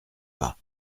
pas